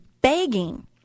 begging